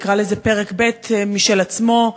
נקרא לזה פרק ב' משל עצמו,